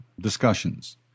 discussions